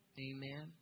Amen